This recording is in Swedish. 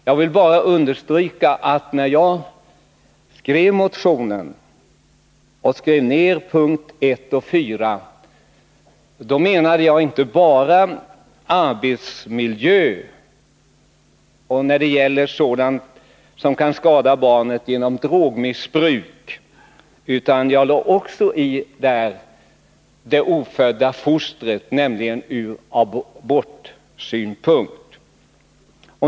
Jag vill bara understryka att jag när jag skrev punkterna 1 och 4 i motionen inte bara menade arbetsmiljön och skador som kan förorsakas barnet genom drogmissbruk, utan jag lade här också in det ofödda fostrets rätt ur abortsynpunkt.